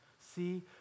See